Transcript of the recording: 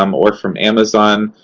um or from amazon,